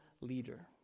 leader